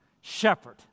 shepherd